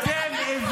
אתם.